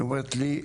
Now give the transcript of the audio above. היא אומרת לי,